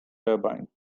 turbine